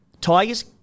Tigers